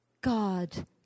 God